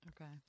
Okay